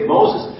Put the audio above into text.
Moses